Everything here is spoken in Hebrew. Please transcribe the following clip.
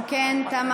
אם כן, תמה